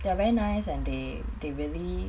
they are very nice and they they really